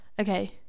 okay